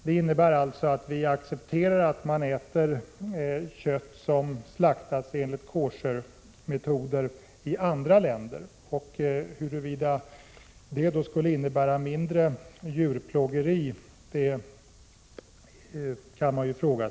Det innebär alltså att vi accepterar att man äter kött från djur som slaktats enligt koschermetoder i andra länder. Att detta skulle innebära mindre djurplågeri kan jag inte förstå.